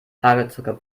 hagelzucker